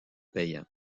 payant